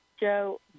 Joe